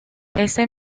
ese